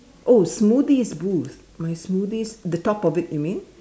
oh smoothies booths my smoothies the top of it you mean